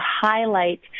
highlight